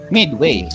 Midway